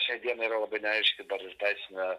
šiai dienai yra labai neaiški dar ir teisinė